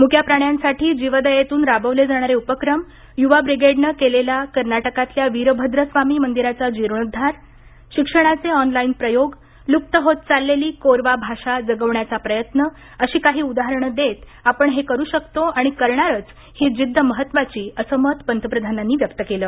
मुक्याप्राण्यांसाठी जीवदयेतून राबवले जाणारे उपक्रम युवा ब्रिगेडनं केलेला कर्नाटकातल्या वीरभद्रस्वामी मंदिराचा जीर्णोद्धार शिक्षणाचे ऑनलाईन प्रयोग लुप्त होत चाललेली कोरवा भाषा जगवण्याचा प्रयत्न अशी काही उदाहरणं देत आपण हे करू शकतो आणि करणारच ही जिद्द महत्त्वाची असं मत पंतप्रधानांनी व्यक्त केलं